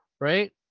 right